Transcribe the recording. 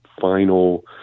final